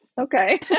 okay